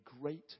great